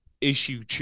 issue